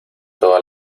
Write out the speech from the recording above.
todas